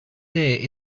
day